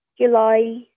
July